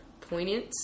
poignant